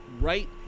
right